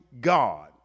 God